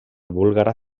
búlgara